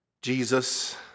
Jesus